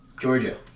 Georgia